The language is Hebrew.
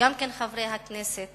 שגם חברי הכנסת